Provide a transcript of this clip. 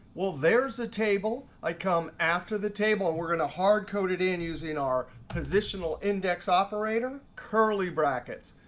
well, there's a table. i come after the table, and we're going to hard code it in using our positional index operator curly brackets,